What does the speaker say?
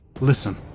listen